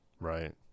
right